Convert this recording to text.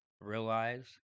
realize